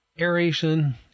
aeration